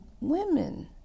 women